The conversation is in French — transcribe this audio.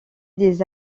des